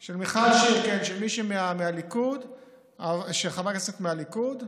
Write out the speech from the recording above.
של מיכל שיר, כן, של חברת כנסת מהליכוד.